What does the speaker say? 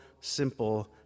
simple